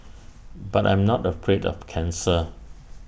but I'm not afraid of cancer